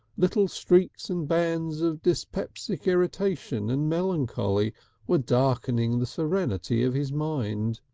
little streaks and bands of dyspeptic irritation and melancholy were darkening the serenity of his mind.